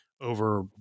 over –